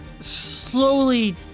slowly